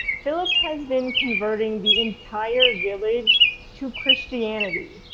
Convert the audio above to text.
philip has been converting the entire village to christianity.